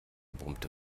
brummte